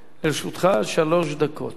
לרשותך שלוש דקות.